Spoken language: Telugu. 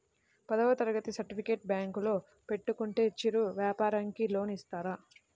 పదవ తరగతి సర్టిఫికేట్ బ్యాంకులో పెట్టుకుంటే చిరు వ్యాపారంకి లోన్ ఇస్తారా?